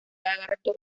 lagarto